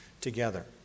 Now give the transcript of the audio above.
together